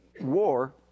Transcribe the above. war